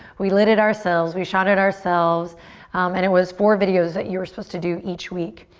we lit it ourselves. we shot it ourselves and it was four videos that you were supposed to do each week.